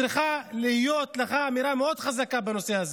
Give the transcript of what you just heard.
צריכה להיות לך אמירה מאוד חזקה בנושא הזה.